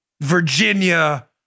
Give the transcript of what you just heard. Virginia